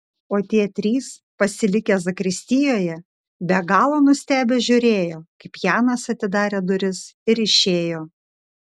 o tie trys pasilikę zakristijoje be galo nustebę žiūrėjo kaip janas atidarė duris ir išėjo